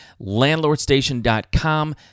landlordstation.com